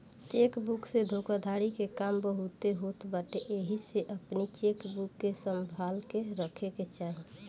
check book से धोखाधड़ी के काम बहुते होत बाटे एही से अपनी चेकबुक के संभाल के रखे के चाही